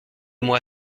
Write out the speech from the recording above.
moi